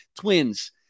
Twins